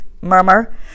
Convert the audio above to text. murmur